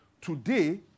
Today